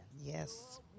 yes